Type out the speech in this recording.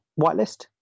whitelist